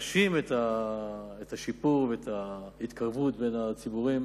חשים את השיפור ואת ההתקרבות בין הציבורים,